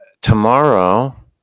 tomorrow